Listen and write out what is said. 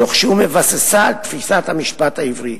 תוך שהוא מבססה על תפיסת המשפט העברי.